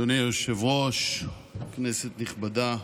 אדוני היושב-ראש, כנסת נכבדה,